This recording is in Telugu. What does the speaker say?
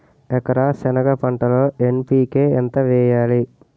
ఎకర సెనగ పంటలో ఎన్.పి.కె ఎంత వేయాలి?